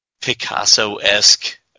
Picasso-esque